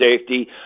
safety